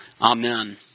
Amen